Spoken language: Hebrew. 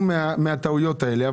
שתלמדו מהטעויות האלה.